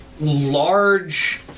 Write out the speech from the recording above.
large